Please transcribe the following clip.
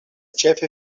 ĉefe